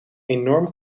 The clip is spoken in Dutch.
enorm